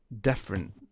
different